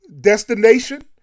destination